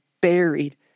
buried